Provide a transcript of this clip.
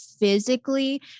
physically